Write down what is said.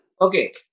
Okay